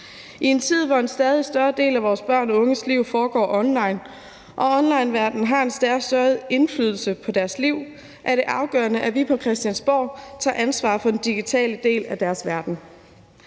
I en tid, hvor en stadig større del af vores børn og unges liv foregår online, og hvor onlineverdenen har en stadig større indflydelse på deres liv, er det afgørende, at vi på Christiansborg tager ansvar for den digitale del af deres verden.